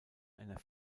einer